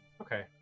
Okay